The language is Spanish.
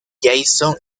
jason